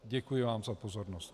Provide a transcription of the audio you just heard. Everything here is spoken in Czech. Děkuji vám za pozornost.